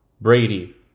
Brady